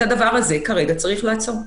את הדבר הזה כרגע צריך לעצור.